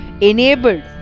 enabled